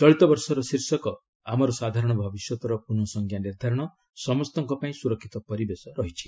ଚଳିତବର୍ଷର ଶୀର୍ଷକ 'ଆମର ସାଧାରଣ ଭବିଷ୍ୟତର ପୁନଃ ସଂଜ୍ଞା ନିର୍ଦ୍ଧାରଣ ସମସ୍ତଙ୍କ ପାଇଁ ସୁରକ୍ଷିତ ପରିବେଶ' ରହିଛି